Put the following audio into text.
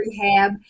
rehab